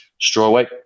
strawweight